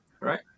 Right